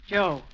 Joe